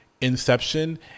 inception